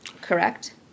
correct